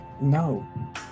No